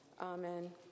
Amen